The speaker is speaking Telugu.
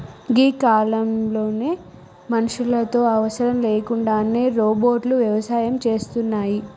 గీ కాలంలో మనుషులతో అవసరం లేకుండానే రోబోట్లు వ్యవసాయం సేస్తున్నాయి